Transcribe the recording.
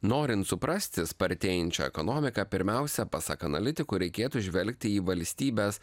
norint suprasti spartėjančią ekonomiką pirmiausia pasak analitikų reikėtų žvelgti į valstybės